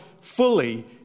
fully